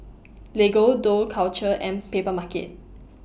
Lego Dough Culture and Papermarket